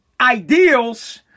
ideals